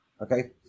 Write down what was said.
Okay